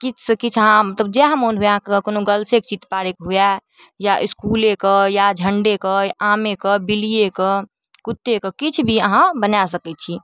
किछुसँ किछु अहाँ मतलब जएह मोन वएह कोनो गलसेके चित्र पाड़ैके हुअए या इसकुलेके या झण्डेके आमेके बिल्लिएके कुत्तेके किछु भी अहाँ बना सकै छी